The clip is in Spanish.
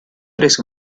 eres